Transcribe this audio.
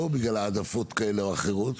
לא בגלל העדפות כאלה ואחרות,